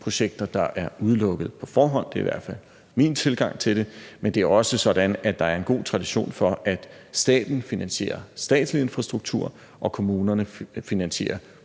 projekter, der er udelukket på forhånd. Det er i hvert fald min tilgang til det. Men det er også sådan, at der en god tradition for, at staten finansierer statslig infrastruktur og kommunerne finansierer